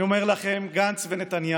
אני אומר לכם, גנץ ונתניהו,